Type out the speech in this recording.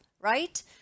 right